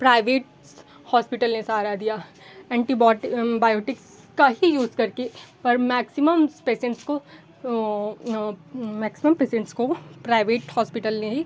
privates hospital ने सहारा दिया एंटी बॉटी बायोटिक्स का ही यूज़ करके पर मैक्सिमम्स पेसेन्ट्स को मैक्सिमम पेसेन्ट्स को प्राइवेट हॉस्पिटल ने ही